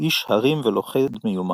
איש הרים ולוכד מיומן.